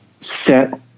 set